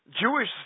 Jewish